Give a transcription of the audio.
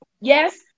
Yes